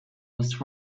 was